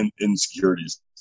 insecurities